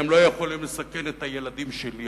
והם לא יכולים לסכן את הילדים שלי,